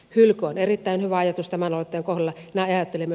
hylky on erittäin hyvä ajatus tämän aloitteen kohdalla